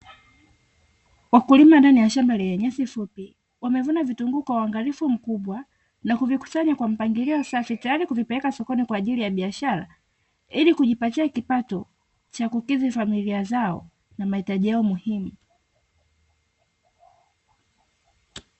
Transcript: Wakulima ndani ya shamba lenye nyasi fupi, wamevuna vitunguu kwa uangalifu mkubwa na kuvikusanya kwa mpangilio safi tayari kuvipeleka sokoni kwa ajili ya biashara ili kujipatia kipato cha kukidhi familia zao na mahitaji yao muhimu.